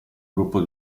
gruppo